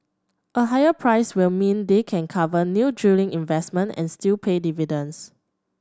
a higher price will mean they can cover new drilling investment and still pay dividends